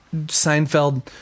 Seinfeld